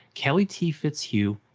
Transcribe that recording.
kelly t. fitzhugh,